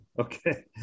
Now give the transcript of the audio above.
Okay